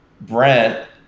Brent